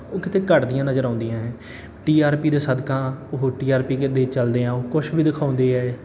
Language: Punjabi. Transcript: ਉਹ ਕਿਤੇ ਘੱਟਦੀਆਂ ਨਜ਼ਰ ਆਉਂਦੀਆਂ ਹੈ ਟੀ ਆਰ ਪੀ ਦੇ ਸਦਕਾ ਉਹ ਟੀ ਆਰ ਪੀ ਕੇ ਦੇ ਚੱਲਦਿਆਂ ਉਹ ਕੁਛ ਵੀ ਦਿਖਾਉਂਦੇ ਹੈ